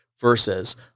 versus